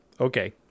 Okay